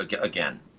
again